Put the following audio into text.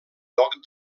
lloc